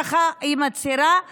ככה היא מצהירה,